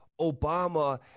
Obama